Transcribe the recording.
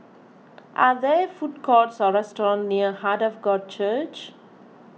are there food courts or restaurants near Heart of God Church